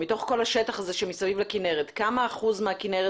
מתוך כל השטח מסביב לכנרת כמה אחוז מהכנרת